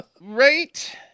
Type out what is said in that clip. Right